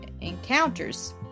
encounters